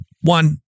One